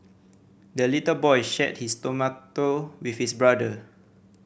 the little boy shared his tomato with his brother